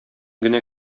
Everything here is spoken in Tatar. генә